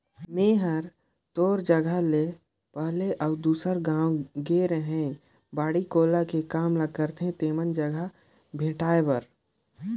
मेंए हर तोर जगह ले पहले अउ दूसर गाँव गेए रेहैं बाड़ी कोला के काम ल करथे तेमन जघा भेंटाय बर